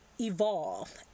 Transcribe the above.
evolve